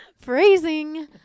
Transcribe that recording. Phrasing